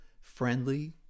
friendly